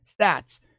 stats